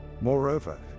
Moreover